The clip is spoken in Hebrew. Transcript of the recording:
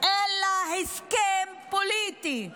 אלא הסכם פוליטי.